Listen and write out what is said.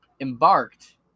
embarked